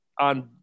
on